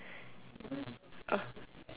o~